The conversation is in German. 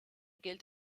gilt